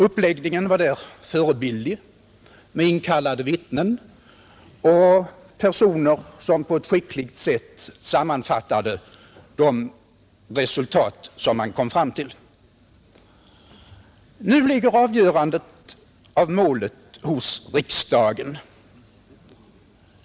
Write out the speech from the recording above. Uppläggningen var där förebildlig med inkallade vittnen och personer som skickligt sammanfattade de resultat man kom fram till. Nu ligger avgörandet av målet hos riksdagen.